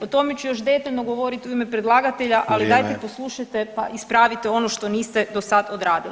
O tome ću još detaljno govoriti u ime predlagatelja, ali [[Upadica Sanader: Vrijeme.]] dajte poslušajte pa ispravite ono što niste do sad odradili.